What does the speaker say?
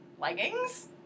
leggings